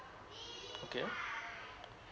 okay